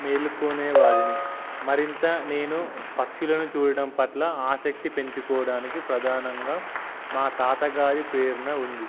మేలుకునే వాడిని మరింత నేను పక్షులను చూడడం పట్ల ఆసక్తి పెంచుకోవడానికి ప్రధానంగా మా తాతగారి ప్రేరణ ఉంది